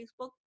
Facebook